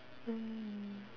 mm